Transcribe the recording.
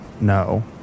No